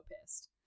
pissed